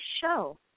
show